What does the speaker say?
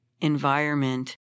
environment